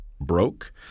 broke